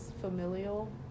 familial